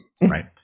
right